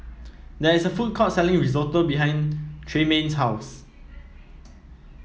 there is a food court selling Risotto behind Tremayne's house